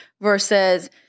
versus